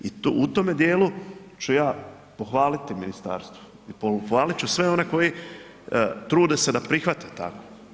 I u tome dijelu ću ja pohvaliti ministarstvo i pohvaliti ću sve one koji trude se da prihvate tako.